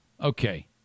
Okay